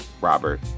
Robert